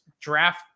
draft